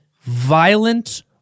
violent